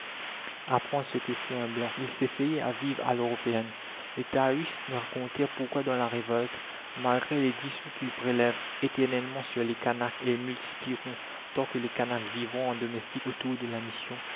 apprendre ce que sait un blanc il s'essayait à vivre à l'européenne les taiaus me racontèrent pourquoi dans la révolte malgré les dix sous qu'ils prélèvent éternellement sur les canaques et multiplieront tant que les canaques vivront en domestiques autour de la mission